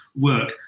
work